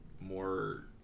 more